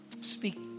speak